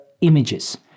images